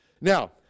Now